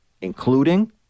including